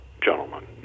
gentlemen